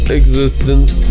existence